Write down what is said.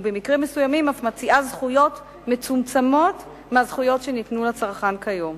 ובמקרים מסוימים אף מציעה זכויות מצומצמות מהזכויות שניתנו לצרכן כיום.